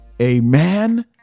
amen